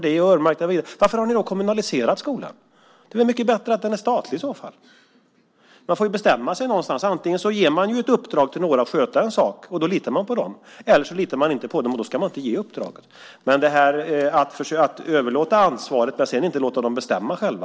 Det är väl mycket bättre att den är statlig i så fall. Man får ju bestämma sig någonstans. Antingen ger man några i uppdrag att sköta en sak, och då litar man på dem, eller så litar man inte på dem, och då ska man inte ge uppdraget. Men det håller inte att överlåta ansvaret och sedan inte låta dem bestämma själva.